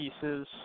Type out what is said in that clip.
pieces